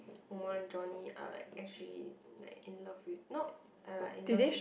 Omar and Johnny are like actually like in love with not in love with